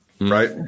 Right